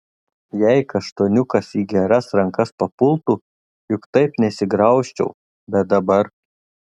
jei kaštoniukas į geras rankas papultų juk taip nesigraužčiau bet dabar